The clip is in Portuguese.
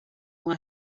uma